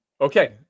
Okay